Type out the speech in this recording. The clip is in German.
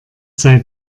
sei